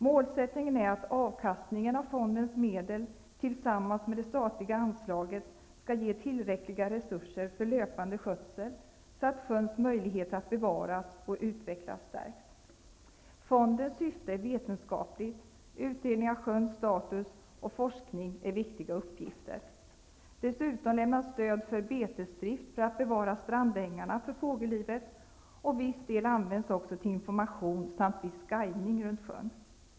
Målsättningen är att avkastningen av fondens medel tillsammans med det statliga anslaget skall ge tillräckliga resurser för löpande skötsel så att sjöns möjligheter att bevaras och utvecklas stärks. Fondens syfte är vetenskapligt; utredning av sjöns status och forskning är viktiga uppgifter. Dessutom lämnas stöd för betesdrift för att bevara strandängarna för fågellivet. Viss del används också till information samt viss guidning runt sjön.